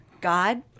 God